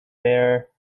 bare